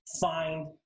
find